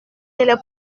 les